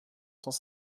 cent